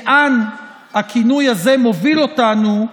לאן הביטוי הזה מוביל אותנו,